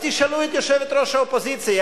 אז תשאלו את יושבת-ראש האופוזיציה.